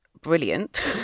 brilliant